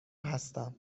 هستم